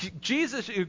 Jesus